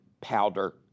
powder